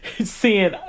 seeing